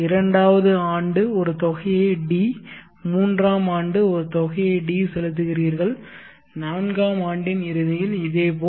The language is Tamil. இரண்டாவது ஆண்டு ஒரு தொகையை D மூன்றாம் ஆண்டு ஒரு தொகையை D செலுத்துகிறீர்கள் நான்காம் ஆண்டின் இறுதியில் இதேபோல்